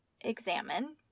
examine